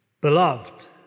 Beloved